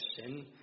sin